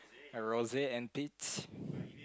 rose and peach